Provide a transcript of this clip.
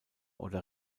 oder